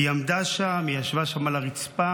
היא עמדה שם, היא ישבה שם על הרצפה,